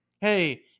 hey